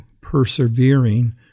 persevering